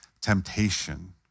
temptation